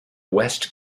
west